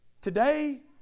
Today